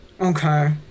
Okay